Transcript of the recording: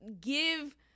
give